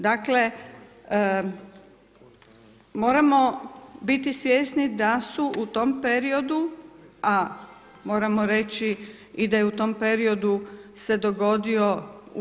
Dakle, moramo biti svjesni da su u tom periodu, a moramo reći i da je u tom periodu se dogodio u